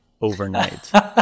overnight